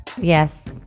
Yes